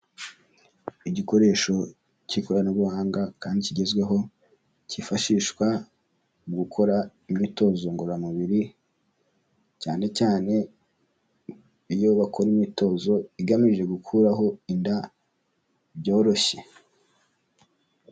Igikoresho cy'ikoranabuhanga kandi kigezweho, kifashishwa mu gukora imyitozo ngororamubiri cyane cyane iyo bakora imyitozo igamije gukuraho inda byoroshye.